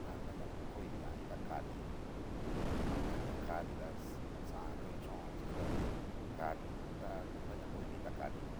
nana nakoninri na itaka niño ta ña kanri ta xa xajan kanguchon escalera ña kanri nraña koninri itaka ninó.